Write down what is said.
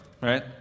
right